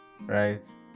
right